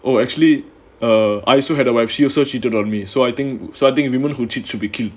oh actually err I also had a wife she also cheated on me so I think so I think women who cheat should be killed